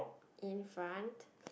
in front